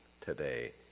today